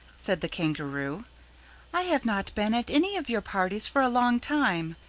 said the kangaroo i have not been at any of your parties for a long time.